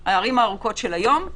על הערים הירוקות של היום.